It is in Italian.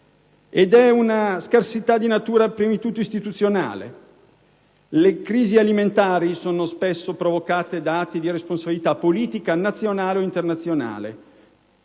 Ed è una scarsità di natura innanzitutto istituzionale. Le crisi alimentari sono spesso provocate da atti di irresponsabilità politica, nazionale o internazionale,